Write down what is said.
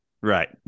Right